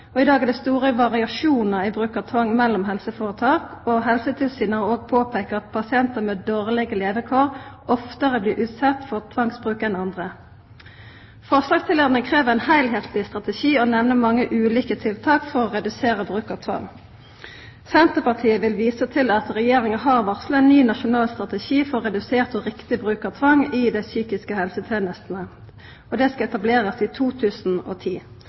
I dag er det store variasjonar i bruk av tvang mellom helseforetak. Helsetilsynet har òg påpeika at pasientar med dårlege levekår oftare blir utsette for tvangsbruk enn andre. Forslagsstillarane krev ein heilskapleg strategi og nemner mange ulike tiltak for å redusera bruk av tvang. Senterpartiet vil visa til at Regjeringa har varsla ein ny nasjonal strategi for redusert og riktig bruk av tvang i dei psykiske helsetenestene. Han skal etablerast i 2010.